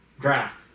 draft